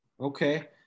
Okay